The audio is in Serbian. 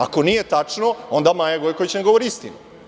Ako nije tačno, onda Maja Gojković ne govori istinu.